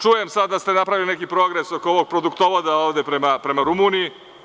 Čujem sada da ste napravili neki progres oko ovog produktologa ovde prema Rumuniji.